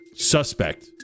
Suspect